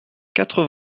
quatre